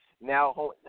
now